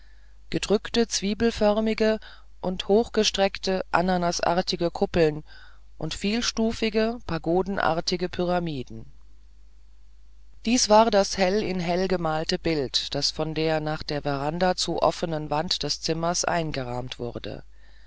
gedrückte zwiebelförmige und hochgestreckte ananasartige kuppeln und vielstufige pagodenartige pyramiden dies war das hell in hell gemalte bild das von der nach der veranda zu fast offenen wand des zimmers eingerahmt wurde